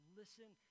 listen